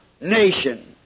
nation